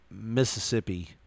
Mississippi